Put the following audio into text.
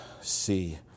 see